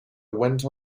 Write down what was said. went